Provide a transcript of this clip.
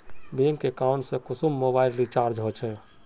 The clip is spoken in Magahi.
बैंक अकाउंट से कुंसम मोबाईल रिचार्ज होचे?